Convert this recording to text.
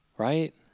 right